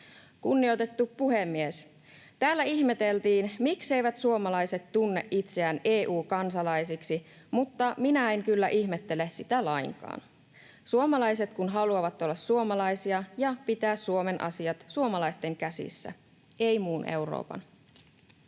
Kunnioitettu puhemies! Täällä ihmeteltiin, mikseivät suomalaiset tunne itseään EU- kansalaisiksi, mutta minä en kyllä ihmettele sitä lainkaan, suomalaiset kun haluavat olla suomalaisia ja pitää Suomen asiat suomalaisten käsissä, eivät muun Euroopan.